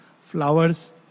flowers